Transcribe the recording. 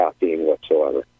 whatsoever